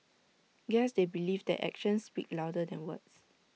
guess they believe that actions speak louder than words